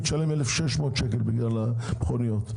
היא תשלם 1,600 שקל בגלל המכוניות.